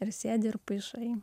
ir sėdi ir paišai